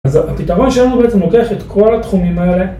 אז הפתרון שלנו בעצם הוא לוקח את כל התחומים האלה